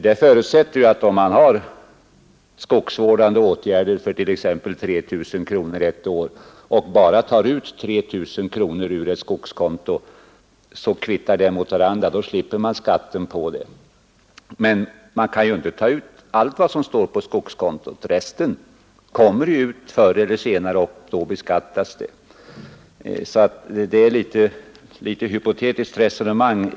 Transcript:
Om man har genomfört skogsvårdande åtgärder för t.ex. 3 000 kronor under ett år och bara tar ut 3 000 kronor från ett skogskonto, skulle dessa poster kvitta mot varandra och man skulle slippa skatten. Men man kan ju inte på det sättet skattefritt ta ut allt som finns på skogskontot. När det innestående beloppet förr eller senare tas ut, då beskattas det. Herr Brandt för alltså ett litet hypotetiskt resonemang.